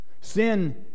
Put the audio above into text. Sin